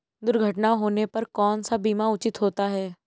दुर्घटना होने पर कौन सा बीमा उचित होता है?